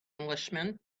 englishman